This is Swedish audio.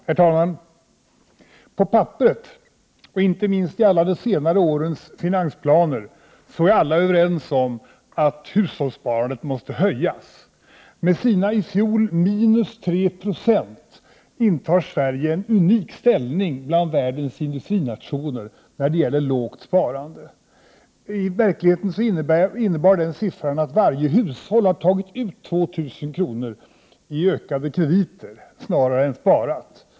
Herr talman! På papperet och inte minst i alla de senare årens finansplaner är alla överens om att hushållssparandet måste höjas. Sverige intar med sina i fjol minus 3 96 en unik ställning bland världens industrinationer när det gäller lågt sparande. I verkligheten innebär den siffran att varje hushåll har tagit ut 2 000 kr. i ökade krediter snarare än sparat.